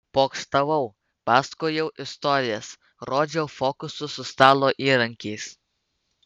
pokštavau pasakojau istorijas rodžiau fokusus su stalo įrankiais